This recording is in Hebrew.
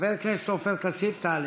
חבר הכנסת עופר כסיף, תעלה.